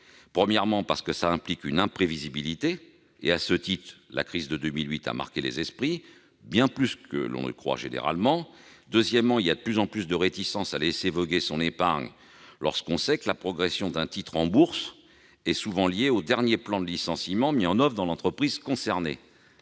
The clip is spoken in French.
Premièrement, cela implique une imprévisibilité. À ce titre, la crise de 2008 a bien plus marqué les esprits que ce que l'on croit généralement. Deuxièmement, les réticences sont de plus en plus grandes à laisser voguer son épargne, lorsque l'on sait que la progression d'un titre en bourse est souvent liée au dernier plan de licenciement mis en oeuvre dans l'entreprise concernée.